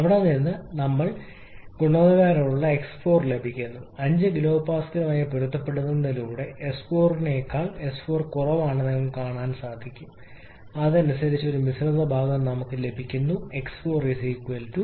അവിടെ നിന്ന് ഞങ്ങൾ നിങ്ങൾക്ക് ഗുണനിലവാരമുള്ള x4 ലഭിക്കുന്നു 5 kPa യുമായി പൊരുത്തപ്പെടുന്നതിലൂടെ s4 നെക്കാൾ s4 കുറവാണെന്ന് നിങ്ങൾക്ക് കാണാൻ കഴിയും അതിനനുസരിച്ച് ഒരു മിശ്രിത ഭാഗത്ത് നമുക്ക് ലഭിക്കും x4 0